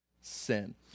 sin